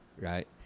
right